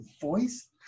voice